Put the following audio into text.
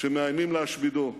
שמאיימים להשמידו.